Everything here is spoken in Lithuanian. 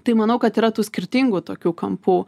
tai manau kad yra tų skirtingų tokių kampų